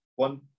One